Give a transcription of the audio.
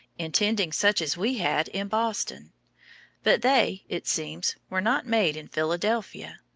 intending such as we had in boston but they, it seems, were not made in philadelphia.